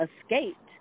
escaped